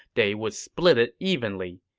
they would split it evenly.